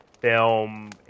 film